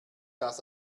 das